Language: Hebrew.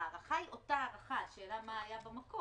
ההארכה היא אותה הארכה, השאלה מה היה במקור.